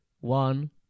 one